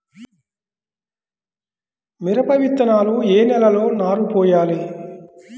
మిరప విత్తనాలు ఏ నెలలో నారు పోయాలి?